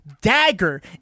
dagger